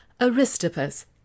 aristippus